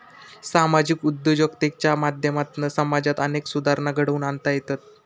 सामाजिक उद्योजकतेच्या माध्यमातना समाजात अनेक सुधारणा घडवुन आणता येतत